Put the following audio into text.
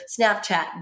Snapchat